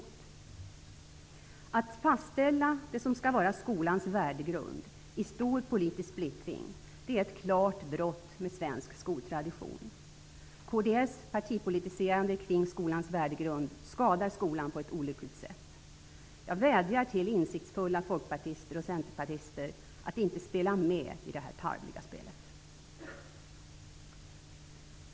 Att i politisk splittring fastställa det som skall utgöra skolans värdegrund är ett klart brott mot svensk skoltradition. Kds partipolitiserande kring skolans värdegrund skadar skolan på ett olyckligt sätt. Jag vädjar till insiktsfulla folkpartister och centerpartister att inte spela med i det här tarvliga spelet.